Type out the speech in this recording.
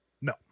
No